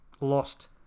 lost